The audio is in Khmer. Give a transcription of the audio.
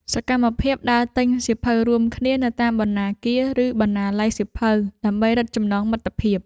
សកម្មភាព ដើរទិញសៀវភៅរួមគ្នា នៅតាមបណ្ណាគារ ឬពិព័រណ៍សៀវភៅ ដើម្បីរឹតចំណងមិត្តភាព។